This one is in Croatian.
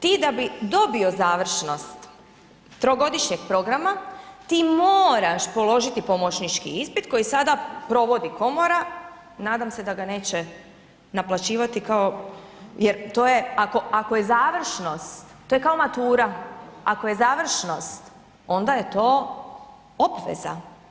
Ti da bi dobio završnost trogodišnjeg programa, ti moraš položiti pomoćnički ispit koji sada provodi komora, nadam se da ga neće naplaćivati kao jer to je ako je završnost, to je kao matura, ako je završnost, onda je to obveza.